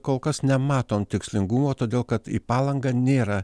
kol kas nematom tikslingumo todėl kad į palangą nėra